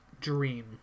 dream